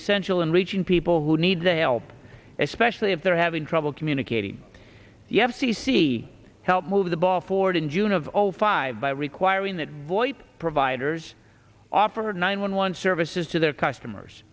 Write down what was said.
essential in reaching people who need the help especially if they're having trouble communicating the f c c help move the ball forward in june of zero five by requiring that voip providers offer nine one one services to their customers